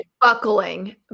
buckling